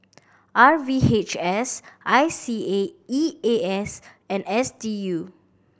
R V H S I C A E A S and S D U